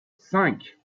cinq